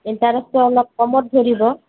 ইণ্টাৰেষ্টটো অলপ কমত ধৰিব